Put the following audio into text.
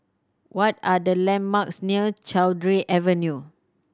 what are the landmarks near Cowdray Avenue